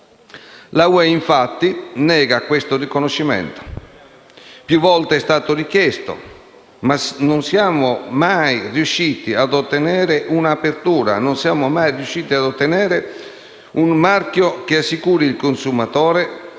La UE infatti nega questo riconoscimento, che più volte è stato richiesto, ma non siamo mai riusciti ad ottenere un'apertura, non siamo mai riusciti ad ottenere un marchio che assicuri il consumatore,